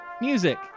music